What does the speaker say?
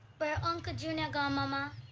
where uncle junior gone, momma?